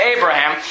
Abraham